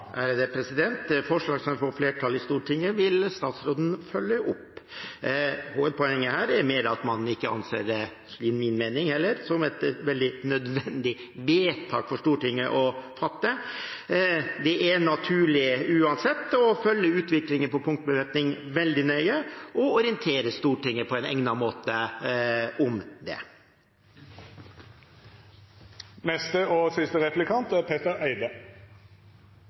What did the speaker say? Stortinget, vil statsråden følge opp. Hovedpoenget her er mer at man ikke anser det – heller ikke etter min mening – som et veldig nødvendig vedtak for Stortinget å fatte. Det er naturlig uansett å følge utviklingen av punktbevæpning veldig nøye og orientere Stortinget på en egnet måte om det. Jeg er opptatt av at vi har en tydelig definisjon av hva som er